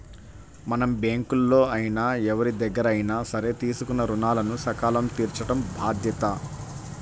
మనం బ్యేంకుల్లో అయినా ఎవరిదగ్గరైనా సరే తీసుకున్న రుణాలను సకాలంలో తీర్చటం బాధ్యత